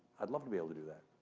i'd love to be able to do that,